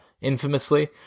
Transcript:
infamously